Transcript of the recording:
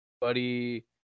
Buddy